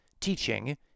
teaching